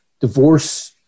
Divorce